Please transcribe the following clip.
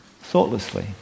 thoughtlessly